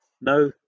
No